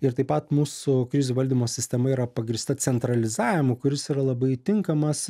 ir taip pat mūsų krizių valdymo sistema yra pagrįsta centralizavimu kuris yra labai tinkamas